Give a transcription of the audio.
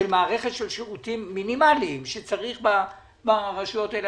של מערכת של שירותים מינימליים שצריך ברשויות האלה.